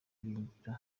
ibingira